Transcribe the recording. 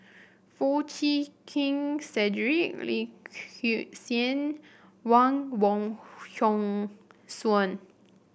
Foo Chee Keng Cedric Wang Wong Hong Suen